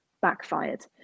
backfired